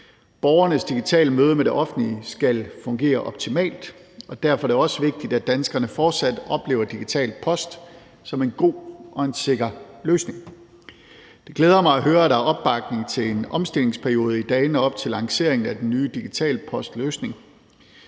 Borgernes digitale møde med det offentlige skal fungere optimalt, og derfor er det også vigtigt, at danskerne fortsat oplever Digital Post som en god og en sikker løsning. Det glæder mig at høre, at der er opbakning til en omstillingsperiode i dagene op til lanceringen af den nye digitale postløsning.